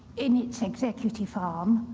in its executive arm,